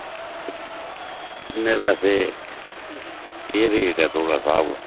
किन्ने पैसे केह् रेट ऐ थुआढ़ा स्हाब कताब